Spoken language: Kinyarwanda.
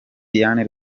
diane